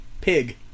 Pig